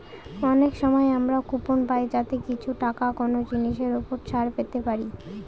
অনেক সময় আমরা কুপন পাই যাতে কিছু টাকা কোনো জিনিসের ওপর ছাড় পেতে পারি